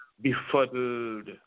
befuddled